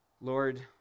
Lord